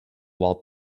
while